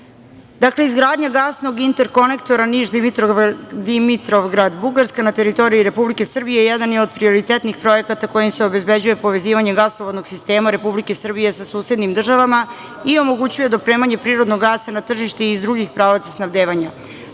Dakle, izgradnja gasnog interkonektora Niš-Dimitrovgrad-Bugarska na teritoriji Republike Srbije jedan je od prioritetnih projekata kojim se obezbeđuje povezivanje gasovodnog sistema Republike Srbije sa susednim državama i omogućuje dopremanje prirodnog gasa na tržište i iz drugih pravaca snabdevanja.